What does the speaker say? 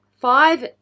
five